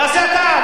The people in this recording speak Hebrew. תעשה אתה.